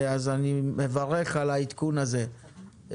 אז אני מברך על העדכון הזה.